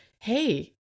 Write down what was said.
hey